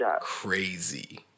Crazy